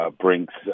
brinks